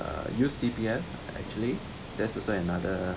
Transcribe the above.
uh use C_P_F actually that's also another